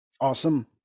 awesome